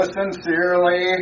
sincerely